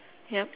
ya